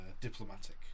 diplomatic